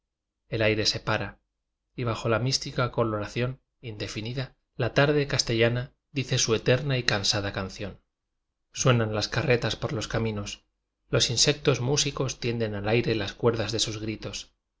el aire se para y bajo la mística coloración indefinida la tarde casbiblioteca nacional de españa tellana dice su eterna y cansada can ción suenan las carretas por los caminos los insectos músicos tienden al aire las cuerdas de sus gritos